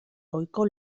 ohiko